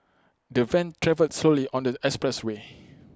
the van travelled slowly on the expressway